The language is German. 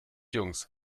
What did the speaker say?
jungs